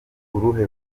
uruhe